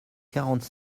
quarante